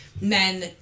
men